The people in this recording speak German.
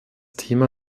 thema